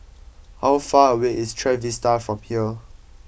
how far away is Trevista from here